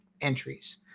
entries